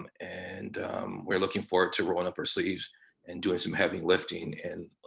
and and we're looking forward to rolling up our sleeves and doing some heavy lifting and